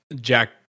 Jack